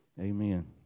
Amen